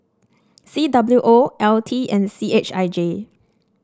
C W O L T and C H I J